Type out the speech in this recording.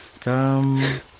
Come